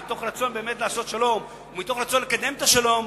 באמת מתוך רצון לעשות שלום ומתוך רצון לקדם את השלום,